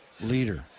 leader